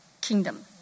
kingdom